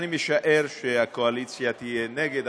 אני משער שהקואליציה תהיה נגד,